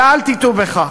ואל תטעו בכך.